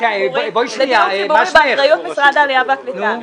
לדיור ציבורי באחריות משרד העלייה והקליטה.